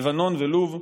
לבנון ולוב,